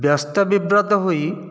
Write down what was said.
ବ୍ୟସ୍ତ ବିବ୍ରତ ହୋଇ